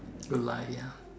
good life ya